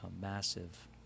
massive